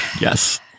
yes